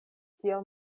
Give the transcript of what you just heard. tiel